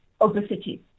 obesity